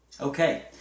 Okay